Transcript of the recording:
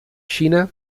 xina